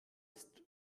ist